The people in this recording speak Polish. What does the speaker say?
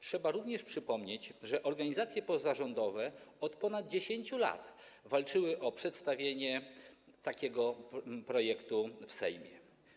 Trzeba również przypomnieć, że organizacje pozarządowe od ponad 10 lat walczyły o przedstawienie takiego projektu w Sejmie.